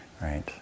right